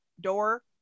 door